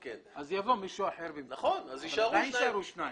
יבוא מישהו אחר במקומו, אבל עדיין יישארו שניים.